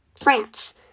France